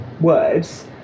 words